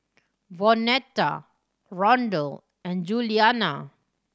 Vonetta Rondal and Julianna